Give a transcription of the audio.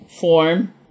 form